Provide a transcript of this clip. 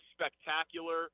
spectacular